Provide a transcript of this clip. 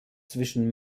zwischen